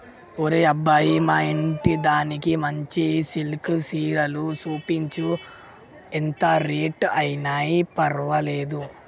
ఒరే అబ్బాయి మా ఇంటిదానికి మంచి సిల్కె సీరలు సూపించు, ఎంత రేట్ అయిన పర్వాలేదు